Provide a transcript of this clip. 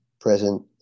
present